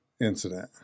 incident